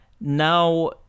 now